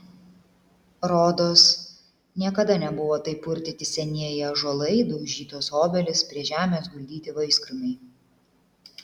rodos niekada nebuvo taip purtyti senieji ąžuolai daužytos obelys prie žemės guldyti vaiskrūmiai